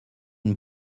une